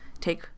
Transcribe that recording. take